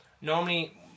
Normally